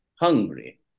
hungry